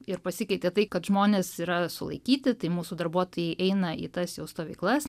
ir pasikeitė tai kad žmonės yra sulaikyti tai mūsų darbuotojai eina į tas jau stovyklas